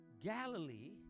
Galilee